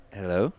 Hello